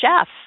chef